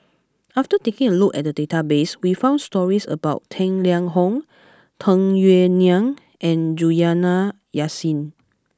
after taking a look at the database we found stories about Tang Liang Hong Tung Yue Nang and Juliana Yasin